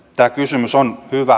tämä kysymys on hyvä